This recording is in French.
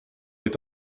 est